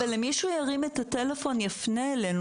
אבל מי שהוא ירים לו את הטלפון יפנה אלינו.